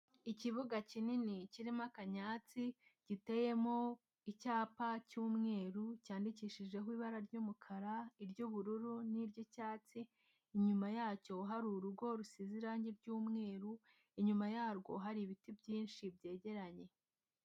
Ikibuga kinini kirimo akanyatsi giteyemo icyapa cy'umweru cyandikishijeho ibara ry'umukara, iry'ubururu n'iry'icyatsi, inyuma yacyo hari urugo rusize irangi ry'umweru, inyuma yarwo hari ibiti byinshi byegeranye.